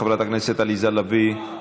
חברת הכנסת עליזה לביא,